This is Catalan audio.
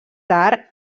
tard